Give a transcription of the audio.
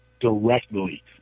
directly